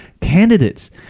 candidates